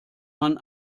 man